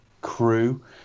crew